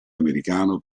americano